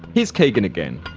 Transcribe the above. here's keegan again.